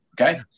Okay